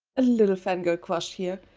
a little fangirl crush here.